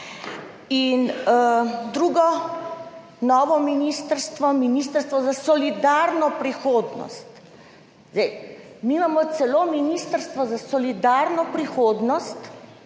drugo novo ministrstvo, Ministrstvo za solidarno prihodnost. Mi imamo celo Ministrstvo za solidarno prihodnost,